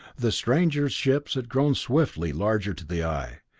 the strangers' ships had grown swiftly larger to the eye,